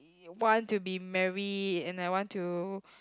want to be married and I want to